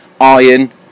iron